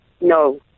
No